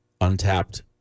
untapped